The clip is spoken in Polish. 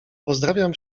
pozdrawiam